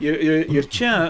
ir ir čia